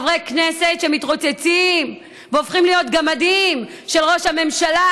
חברי כנסת שמתרוצצים והופכים להיות גמדים של ראש הממשלה,